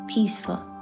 Peaceful